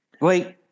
Wait